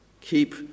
Keep